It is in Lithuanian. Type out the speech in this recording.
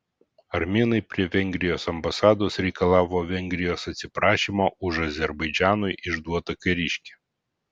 armėnai prie vengrijos ambasados reikalavo vengrijos atsiprašymo už azerbaidžanui išduotą kariškį